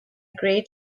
great